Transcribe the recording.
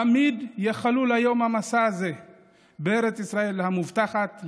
תמיד ייחלו ליום המסע הזה לארץ ישראל המובטחת,